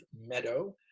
Meadow